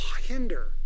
hinder